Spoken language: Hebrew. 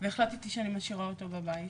והחלטתי שאני משאירה אותו בבית.